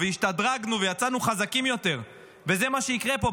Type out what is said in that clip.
והשתדרגנו ויצאנו חזקים יותר וזה מה שיקרה פה.